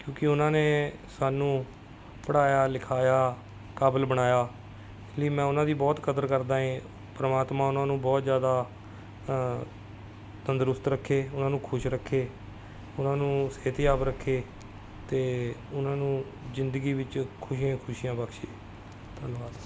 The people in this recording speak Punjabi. ਕਿਉਂਕਿ ਉਹਨਾਂ ਨੇ ਸਾਨੂੰ ਪੜ੍ਹਾਇਆ ਲਿਖਾਇਆ ਕਾਬਲ ਬਣਾਇਆ ਇਸ ਲਈ ਮੈਂ ਉਹਨਾਂ ਦੀ ਬਹੁਤ ਕਦਰ ਕਰਦਾ ਏ ਪ੍ਰਮਾਤਮਾ ਉਹਨਾਂ ਨੂੰ ਬਹੁਤ ਜ਼ਿਆਦਾ ਤੰਦਰੁਸਤ ਰੱਖੇ ਉਹਨਾਂ ਨੂੰ ਖੁਸ਼ ਰੱਖੇ ਉਹਨਾਂ ਨੂੰ ਸਿਹਤਯਾਬ ਰੱਖੇ ਅਤੇ ਉਹਨਾਂ ਨੂੰ ਜ਼ਿੰਦਗੀ ਵਿੱਚ ਖੁਸ਼ੀਆਂ ਹੀ ਖੁਸ਼ੀਆਂ ਬਖ਼ਸ਼ੇ ਧੰਨਵਾਦ